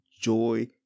joy